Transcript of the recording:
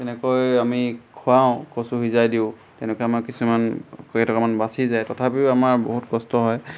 তেনেকৈ আমি খোৱাওঁ কচু সিজাই দিওঁ তেনেকৈ আমাৰ কিছুমান কেইটকামান বাচি যায় তথাপিও আমাৰ বহুত কষ্ট হয়